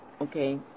Okay